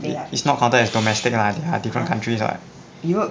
it's not counted as domestic lah they are different countries [what]